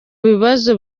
bibazo